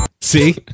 See